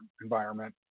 environment